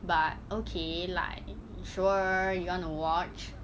but okay like sure you wanna watch